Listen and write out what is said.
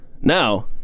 Now